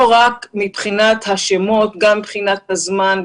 רק מבחינת השמות אלא גם מבחינת הזמן,